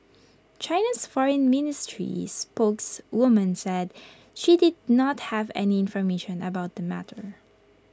China's Foreign Ministry spokeswoman said she did not have any information about the matter